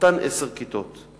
אותן עשר כיתות.